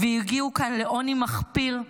והגיעו כאן לעוני מחפיר,